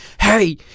hey